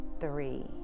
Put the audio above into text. three